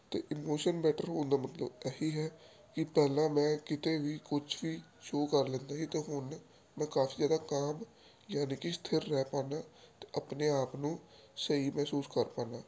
ਅਤੇ emotion better ਹੋਣ ਦਾ ਮਤਲਬ ਇਹ ਹੈ ਕਿ ਪਹਿਲਾਂ ਮੈਂ ਕਿਤੇ ਵੀ ਕੁਛ ਵੀ ਸ਼ੋਅ ਕਰ ਲੈਂਦਾ ਸੀ ਅਤੇ ਹੁਣ ਮੈਂ ਕਾਫੀ ਜ਼ਿਆਦਾ ਕਾਮ ਯਾਨੀ ਕਿ ਸਥਿਰ ਰਹਿ ਪਾਉਂਦਾ ਅਤੇ ਆਪਣੇ ਆਪ ਨੂੰ ਸਹੀ ਮਹਿਸੂਸ ਕਰ ਪਾਉਂਦਾ